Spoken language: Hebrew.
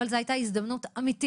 אבל זו הייתה הזדמנות אמיתית.